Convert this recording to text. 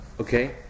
okay